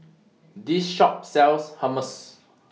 This Shop sells Hummus